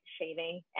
shaving